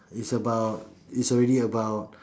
it's about it's already about